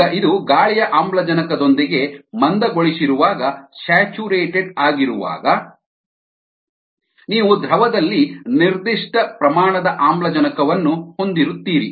ಈಗ ಇದು ಗಾಳಿಯ ಆಮ್ಲಜನಕದೊಂದಿಗೆ ಮಂದಗೊಳಿಸಿರುವಾಗ ಆಗಿರುವಾಗ ನೀವು ದ್ರವದಲ್ಲಿ ನಿರ್ದಿಷ್ಟ ಪ್ರಮಾಣದ ಆಮ್ಲಜನಕವನ್ನು ಹೊಂದಿರುತ್ತೀರಿ